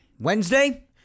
Wednesday